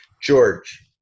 george